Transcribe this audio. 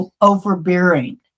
overbearing